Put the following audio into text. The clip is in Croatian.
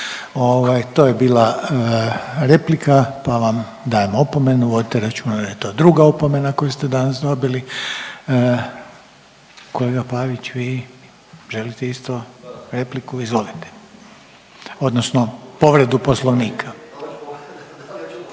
to je bila replika, pa vam dajem opomenu, vodite računa da je to druga opomena koju ste danas dobili. Kolega Pavić, vi želite isto repliku? …/Upadica Pavić: Da, da/…. Izvolite, odnosno povredu poslovnika.